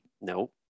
No